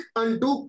unto